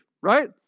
Right